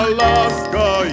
Alaska